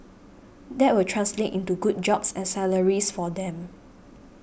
that will translate into good jobs and salaries for them